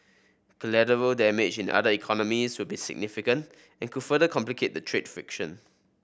collateral damage in other economies will be significant and could further complicate the trade friction